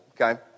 Okay